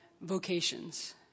vocations